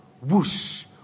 whoosh